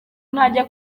najya